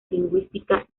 lingüística